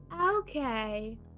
okay